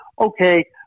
okay